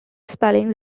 spellings